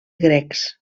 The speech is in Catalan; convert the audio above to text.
grecs